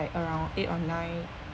around eight or nine